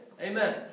amen